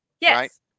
Yes